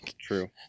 True